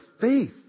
faith